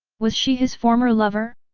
was she his former lover?